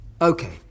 Okay